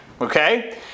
Okay